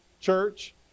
church